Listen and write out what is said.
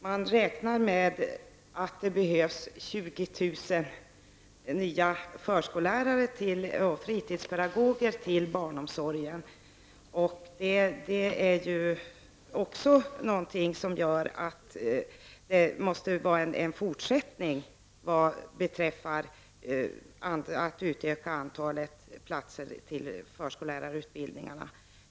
Man räknar med att det behövs 20 000 nya förskollärare och fritidspedagoger inom barnomsorgen. Även detta gör det nödvändigt med en fortsättning vad beträffar utökningen av antalet platser inom förskollärarutbildningarna.